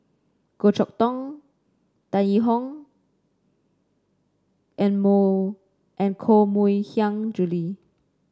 Goh Chok Tong Tan Yee Hong and more and Koh Mui Hiang Julie